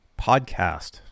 Podcast